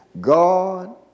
God